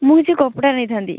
ମୁଁ କିଛିି କପଡ଼ା ନେଇଥାନ୍ତି